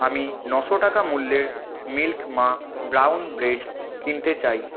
আমি নশো টাকা মূল্যের মিল্ক মা ব্রাউন ব্রেড কিনতে চাই